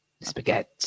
Spaghetti